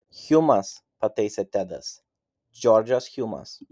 hjumas pataisė tedas džordžas hjumas